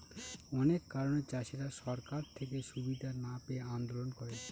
অনেক কারণে চাষীরা সরকার থেকে সুবিধা না পেয়ে আন্দোলন করে